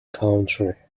country